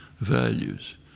values